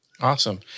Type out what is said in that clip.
Awesome